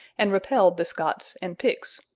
and repelled the scots and picts,